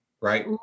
right